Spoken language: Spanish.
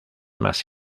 más